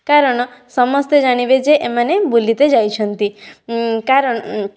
କାରଣ ସମସ୍ତେ ଜାଣିବେ ଯେ ଏମାନେ ବୁଲିତେ ଯାଇଛନ୍ତି କାରଣ